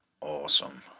Awesome